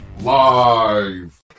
live